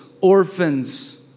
orphans